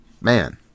man